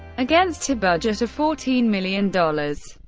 against a budget of fourteen million dollars.